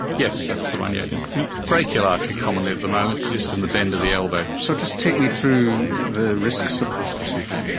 yes, that's the one, yeah the brachial artery commonly at the moment, just in the bend of the elbow. so just take me through the risks of this procedure.